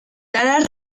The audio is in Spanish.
tara